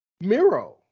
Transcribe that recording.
Miro